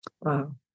Wow